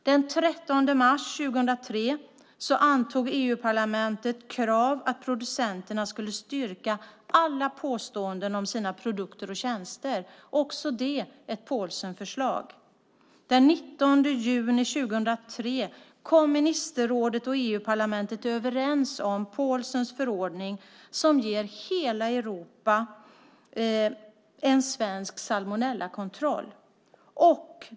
Den 13 mars 2003 antog EU-parlamentet krav på att producenterna skulle styrka alla påståenden om sina produkter och tjänster. Det var också ett Paulsenförslag. Den 19 juni 2003 kom ministerrådet och EU-parlamentet överens om Paulsens förordning som ger hela Europa en svensk salmonellakontroll.